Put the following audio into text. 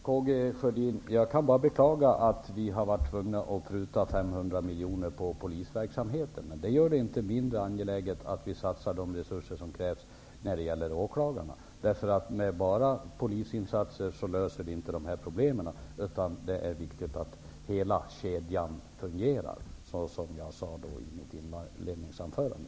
Herr talman! Jag kan bara beklaga, Karl Gustaf Sjödin, att vi har varit tvungna att pruta 500 miljoner kronor på polisverksamheten. Men det gör det inte mindre angeläget att vi satsar de resurser som krävs när det gäller åklagarna. Med bara polisinsatser löser vi inte dessa problem. Det är viktigt att hela kedjan fungerar, vilket jag sade i mitt inledningsanförande.